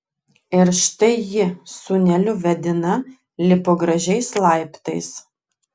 ir štai ji sūneliu vedina lipo gražiais laiptais